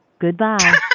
Goodbye